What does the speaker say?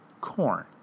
corn